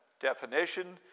definition